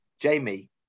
Jamie